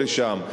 לשם?